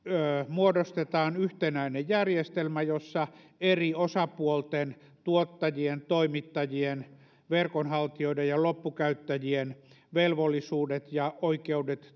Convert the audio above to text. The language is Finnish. muodostetaan yhtenäinen järjestelmä jossa eri osapuolten tuottajien toimittajien verkonhaltijoiden ja loppukäyttäjien velvollisuudet ja oikeudet